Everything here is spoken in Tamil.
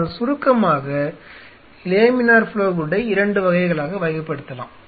ஆனால் சுருக்கமாக லேமினார் ஃப்ளோ ஹூட்டை 2 வகைகளாக வகைப்படுத்தலாம்